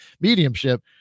mediumship